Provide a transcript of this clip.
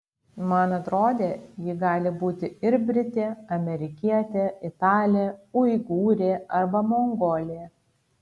man atrodė ji gali būti ir britė amerikietė italė uigūrė arba mongolė